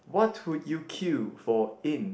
what would you queue for in